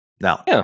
Now